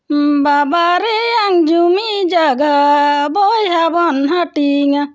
ᱵᱟᱵᱟᱨᱮᱭᱟᱝ ᱡᱩᱢᱤ ᱡᱟᱭᱜᱟ ᱵᱚᱭᱦᱟ ᱵᱚᱱ ᱦᱟᱹᱴᱤᱧᱟᱻ